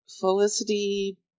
Felicity